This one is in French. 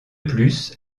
plus